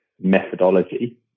methodology